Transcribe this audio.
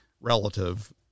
relative